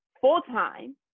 full-time